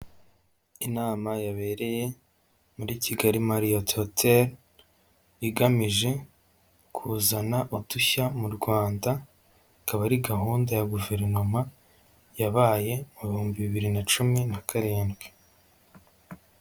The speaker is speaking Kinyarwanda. Inama yabereye muri Kigali Mariot hotel, igamije kuzana udushya mu Rwanda, ikaba ari gahunda ya Guverinoma yabaye mu bihumbi bibiri na cumi na karindwi.